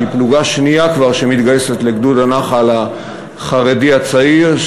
שהיא פלוגה שנייה כבר שמתגייסת לגדוד הנח"ל החרדי הצעיר,